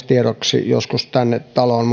tiedoksi joskus tänne taloon